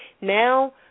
Now